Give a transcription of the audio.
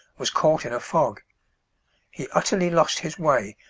was caught in a fog he utterly lost his way,